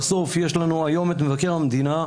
היום יש לנו את מבקר המדינה,